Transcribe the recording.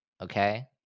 okay